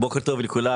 בוקר טוב לכולם,